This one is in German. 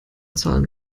zahlen